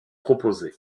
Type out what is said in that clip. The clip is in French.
proposés